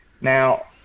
Now